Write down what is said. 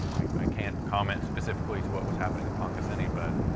i can't comment specifically to what was happening in ponca city. but,